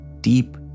deep